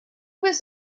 was